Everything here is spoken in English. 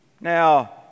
Now